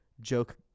joke